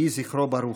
יהי זכרו ברוך.